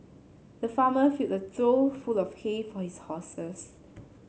the farmer filled a trough full of hay for his horses